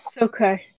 Okay